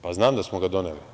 Pa, znam da smo ga doneli.